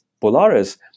Polaris